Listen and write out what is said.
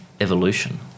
evolution